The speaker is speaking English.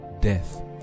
death